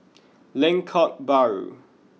Lengkok Bahru